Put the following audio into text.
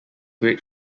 great